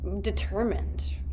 determined